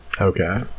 okay